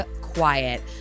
quiet